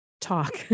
talk